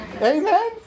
amen